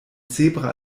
zebra